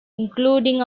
including